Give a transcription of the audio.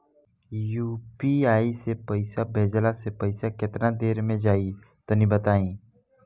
UPI से पईसा भेजलाऽ से पईसा केतना देर मे जाई तनि बताई?